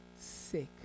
sick